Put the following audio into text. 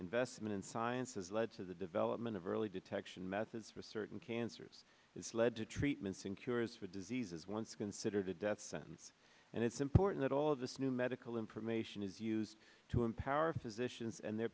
investment in science has led to the development of early detection methods for certain cancers has led to treatments and cures for diseases once or the death sentence and it's important that all of this new medical information is used to empower physicians and their